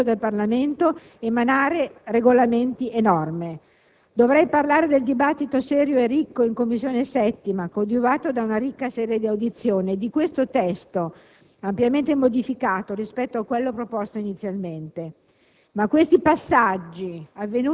possano, senza il controllo e il contributo del Parlamento, emanare regolamenti e norme. Dovrei parlare del dibattito serio e ricco svolto in 7a Commissione, coadiuvato da una ricca serie di audizioni, e di questo testo ampiamente modificato rispetto a quello proposto inizialmente.